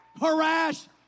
harassed